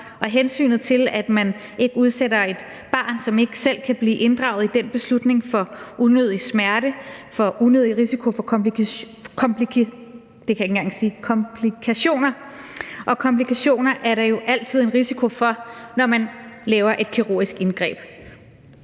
og hensynet til, at man ikke udsætter et barn, som ikke selv kan blive inddraget i den beslutning, for unødig smerte eller for unødig risiko for komplikationer, og komplikationer er der jo altid en risiko for, når man laver et kirurgisk indgreb.